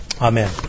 Amen